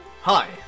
Hi